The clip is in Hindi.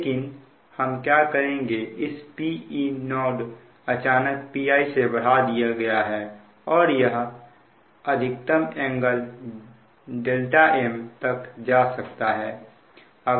लेकिन हम क्या करेंगे इस Pe0 अचानक Pi से बढ़ा दिया गया है और यह अधिकतम एंगल m तक जा सकता है